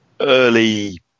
early